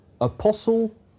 apostle